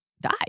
die